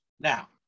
Now